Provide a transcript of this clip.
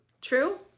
True